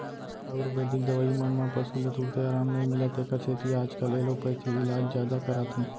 आयुरबेदिक दवई मन म पसु ल तुरते अराम नई मिलय तेकर सेती आजकाल एलोपैथी इलाज जादा कराथें